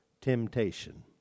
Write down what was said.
temptation